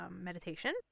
meditation